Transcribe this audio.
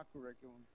curriculum